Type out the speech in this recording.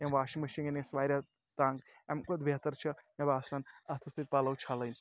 أمۍ washing machine أنۍ أسۍ واریاہ تنٛگ اَمہِ کھۄتہٕ بہتر چھِ مےٚ باسان اَتھٕ سٕتۍ پَلَو چھَلٕنۍ